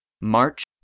March